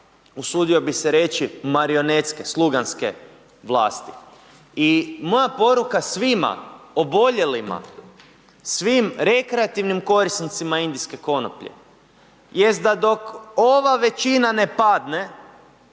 usudio bi se reći marionetske, sluganske vlasti. I moja poruka svima oboljelima, svim rekreativnim korisnicima indijske konoplje jest da dok ova većina ne padne